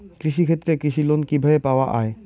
কৃষি ক্ষেত্রে কৃষি লোন কিভাবে পাওয়া য়ায়?